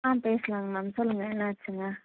ஆ பேசலாங் மேம் சொல்லுங்க என்ன ஆச்சுங்க